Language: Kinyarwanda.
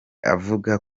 avuga